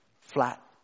flat